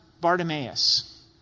Bartimaeus